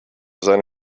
seine